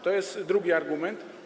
To jest drugi argument.